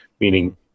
Meaning